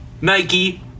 Nike